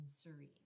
serene